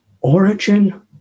origin